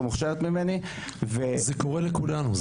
מוכשרת ממני ו --- זה קורה לכולנו,